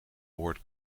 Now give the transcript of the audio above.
hoort